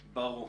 ברור.